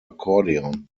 akkordeon